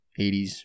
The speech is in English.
80s